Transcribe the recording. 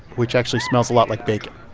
which actually smells a lot like bacon